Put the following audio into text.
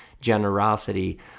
generosity